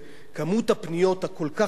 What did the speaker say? כמות הפניות הכל-כך רבה,